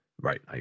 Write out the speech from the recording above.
Right